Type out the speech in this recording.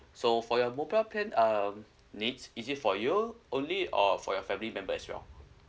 so for your mobile plan um needs is it for you only or for your family member as well